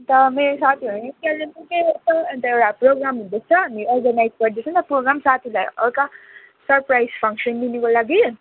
अन्त मेरो साथीहरू यहीँ कालिम्पोङकै हो नि त अन्त यहाँ प्रोगाम हुँदैछ हामी अर्गनाइज गर्दैछौँ नि त प्रोगाम साथीहरूलाई हल्का सरप्राइज फङ्सन दिनुको लागि